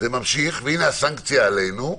והנה הסנקציה עלינו.